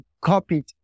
copied